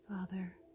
Father